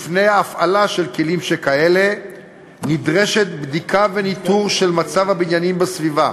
לפני הפעלה של כלים כאלה נדרשים בדיקה וניטור של מצב הבניינים בסביבה,